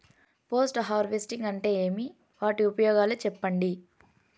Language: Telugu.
పోస్ట్ హార్వెస్టింగ్ అంటే ఏమి? వాటి ఉపయోగాలు చెప్పండి?